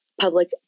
public